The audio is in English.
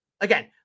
Again